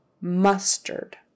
mustard